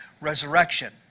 resurrection